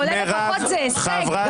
לא מקובל, זה הסגת